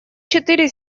четыре